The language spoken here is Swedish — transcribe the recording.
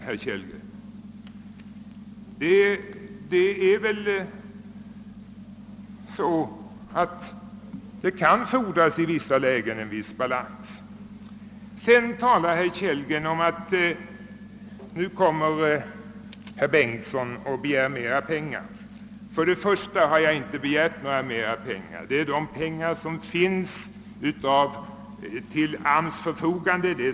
Herr Kellgren påstod också att jag begärde mera pengar. Jag har inte begärt mera pengar; pengarna står redan till AMS” förfogande.